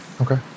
okay